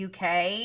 UK